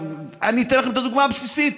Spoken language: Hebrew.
אני אתן לכם את הדוגמה הבסיסית,